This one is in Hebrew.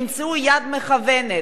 ימצאו יד מכוונת,